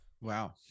Wow